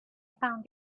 found